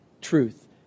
truth